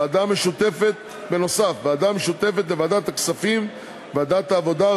הוועדה משותפת לוועדת הכספים וועדת העבודה,